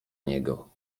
niego